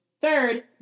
Third